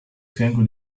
fianco